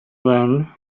then